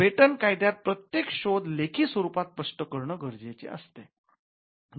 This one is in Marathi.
पेटंट कायद्यात प्रत्येक शोध लेखी स्वरूपात स्पष्ट करणे गरजेचे असते